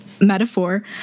metaphor